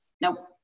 No